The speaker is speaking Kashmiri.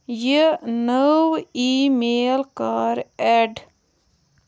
یہِ نٔو ای میل کَر ایڈ